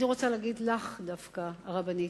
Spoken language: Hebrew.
אני רוצה להגיד דווקא לך, הרבנית